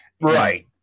right